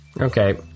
Okay